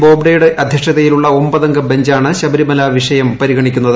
ബോബ്ഡേയുടെ അധ്യക്ഷതയിലുളള ഒൻപതംഗ ബഞ്ചാണ് ശബരിമല വിഷയം പരിഗണിക്കുന്നത്